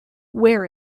wear